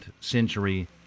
century